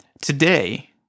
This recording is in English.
Today